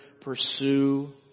Pursue